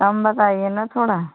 कम बताइए न थोड़ा